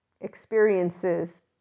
experiences